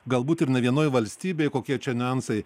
galbūt ir ne vienoj valstybėj kokie čia niuansai